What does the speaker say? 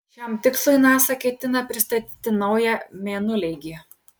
šiam tikslui nasa ketina pristatyti naują mėnuleigį